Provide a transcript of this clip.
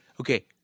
okay